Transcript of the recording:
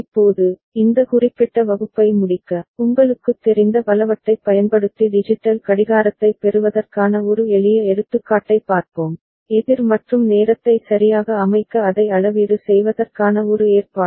இப்போது இந்த குறிப்பிட்ட வகுப்பை முடிக்க உங்களுக்குத் தெரிந்த பலவற்றைப் பயன்படுத்தி டிஜிட்டல் கடிகாரத்தைப் பெறுவதற்கான ஒரு எளிய எடுத்துக்காட்டைப் பார்ப்போம் எதிர் மற்றும் நேரத்தை சரியாக அமைக்க அதை அளவீடு செய்வதற்கான ஒரு ஏற்பாடு